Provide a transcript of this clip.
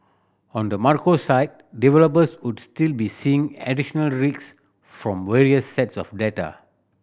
on the macro side developers would still be seeing additional risk from various sets of data